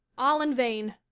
all in vain.